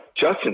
Justin